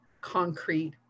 concrete